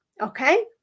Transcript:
Okay